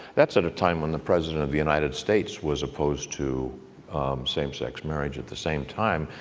that's at a time when the president of the united states was opposed to same-sex marriage at the same time.